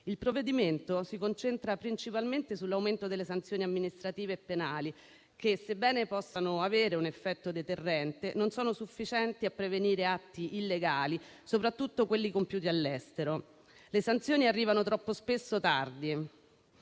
Il provvedimento si concentra principalmente sull'aumento delle sanzioni amministrative e penali che, sebbene possano avere un effetto deterrente, non sono sufficienti a prevenire atti illegali, soprattutto quelli compiuti all'estero. Le sanzioni arrivano spesso troppo tardi,